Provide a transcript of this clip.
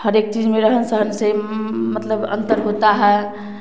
हर एक चीज में रहन सहन से मतलब अंतर होता है